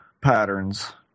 patterns